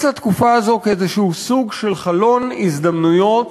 לתקופה הזאת כאיזה סוג של חלון הזדמנויות